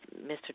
Mr